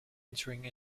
entering